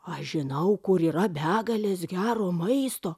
aš žinau kur yra begalės gero maisto